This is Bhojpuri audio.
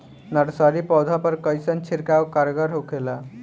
नर्सरी पौधा पर कइसन छिड़काव कारगर होखेला?